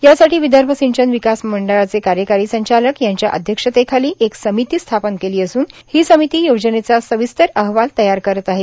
यासाठी विदर्भ सिंचन विकास मंडळाचे कार्यकारी संचालक यांच्या अध्यक्षतेखाली एक समिती स्थापन केली असून ही समिती योजनेचा सविस्तर अहवाल तयार करत आहे